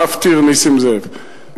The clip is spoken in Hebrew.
מפטיר, נסים זאב.